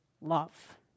love